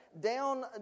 down